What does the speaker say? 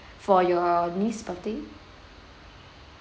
for your niece birthday